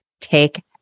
take